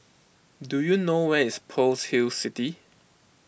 do you know where is Pearl's Hill City